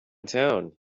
town